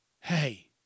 Hey